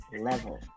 level